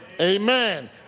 Amen